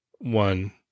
one